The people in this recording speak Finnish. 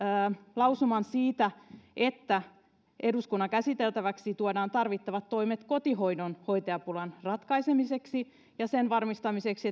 lausuman siitä että eduskunnan käsiteltäväksi tuodaan tarvittavat toimet kotihoidon hoitajapulan ratkaisemiseksi ja sen varmistamiseksi